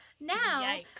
Now